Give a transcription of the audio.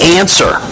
answer